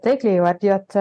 taikliai įvardijot